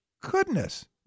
Goodness